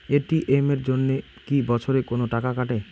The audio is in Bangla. এ.টি.এম এর জন্যে কি বছরে কোনো টাকা কাটে?